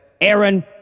Aaron